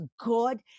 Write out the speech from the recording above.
good